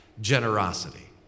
generosity